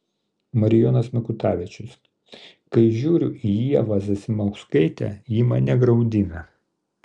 marijonas mikutavičius kai žiūriu į ievą zasimauskaitę ji mane graudina